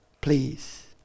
please